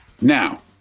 Now